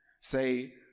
Say